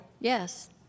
Yes